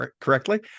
correctly